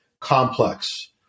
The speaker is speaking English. complex